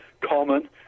common